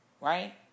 right